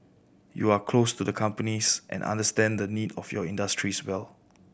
you are close to the companies and understand the need of your industries well